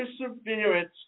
perseverance